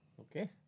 Okay